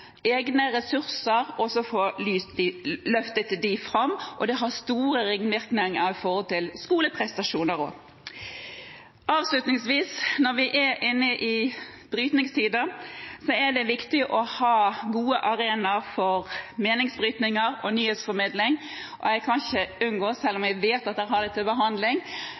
løftet dem fram, og det har store ringvirkninger når det gjelder skoleprestasjoner også. Avslutningsvis: Når vi er inne i brytningstider, er det viktig å ha gode arenaer for meningsbrytninger og nyhetsformidling, og jeg kan ikke unngå å si – selv om jeg vet at man har det til behandling